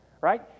right